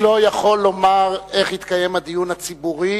בג"ץ לא יכול לומר איך יתקיים הדיון הציבורי,